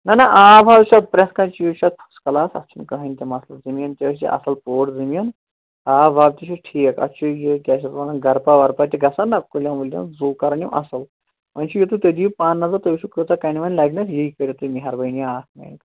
نَہ نَہ آب حظ چھُ پرٛٮ۪تھ کانٛہہ چیٖز چھُ اَتھ فٔس کَلاس اَتھ چھُنہٕ کَہانۍ تہِ مسلہٕ زٔمیٖن تہِ حظ چھِ اَصٕل پوٗٹھ زٔمیٖن آب واب تہِ چھُس ٹھیٖک اَتھ چھُ یہِ کیٛاہ چھِ یَتھ وَنان گَرٕ پَہہ ور پَہہ تہِ گَژھان نَہ کُلٮ۪ن وُلٮ۪ن زُو کَران یِم اَصٕل وَنہِ چھُ یِتُے تُہۍ دِیِو پانہٕ نظر تُہۍ وٕچھِو کۭژاہ کَنہِ وَنہِ لگِنَس یی کٔرِو تُہۍ مہربٲنِیا اَکھ